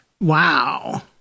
Wow